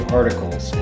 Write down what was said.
articles